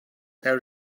there